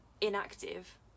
inactive